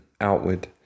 outward